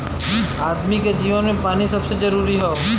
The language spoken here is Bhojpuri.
आदमी के जीवन मे पानी सबसे जरूरी हौ